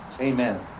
Amen